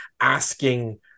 asking